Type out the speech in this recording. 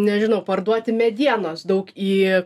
nežinau parduoti medienos daug į